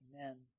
amen